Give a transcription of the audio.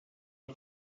die